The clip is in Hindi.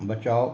बचाओ